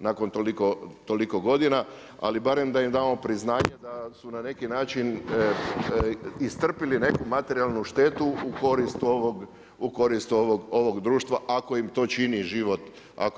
nakon toliko godina, ali barem da im damo priznanje da su na neki način iscrpili neku materijalnu štetu, u korist ovog društva, ako im to čini život lakšim.